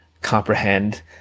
comprehend